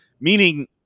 Meaning